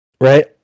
right